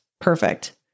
perfect